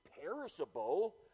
perishable